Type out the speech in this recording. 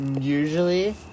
usually